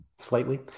slightly